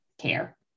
care